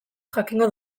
jakingo